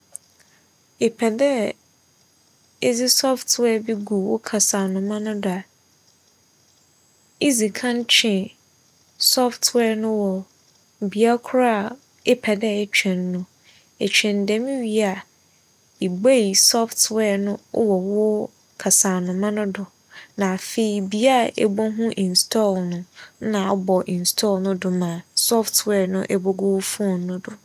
Epɛ dɛ edze software bi gu wo kasaanoma no do a idzi kan twe software no wͻ bea kor a epɛ dɛ etwe no no. Etwe no dɛm wie a ibuei software no wͻ wo kasaanoma no do na afei bea ibohu install no nna abͻ install no do ma software no ebogu wo foon no do.